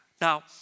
Now